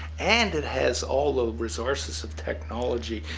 and it has all the resources of technology.